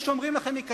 אלו שאומרים לכם,